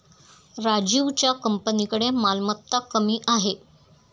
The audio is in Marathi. राजीवच्या कंपनीकडे मालमत्ता कमी आहे